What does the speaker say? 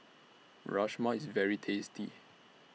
Rajma IS very tasty